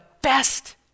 best